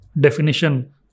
definition